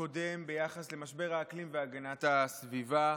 הקודם ביחס למשבר האקלים והגנת הסביבה.